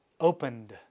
opened